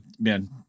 man